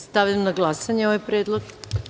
Stavljam na glasanje ovaj predlog.